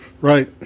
Right